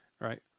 right